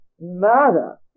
Mother